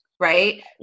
right